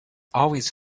always